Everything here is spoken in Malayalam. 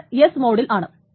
ഇത് ട മോഡിൽ ആണ്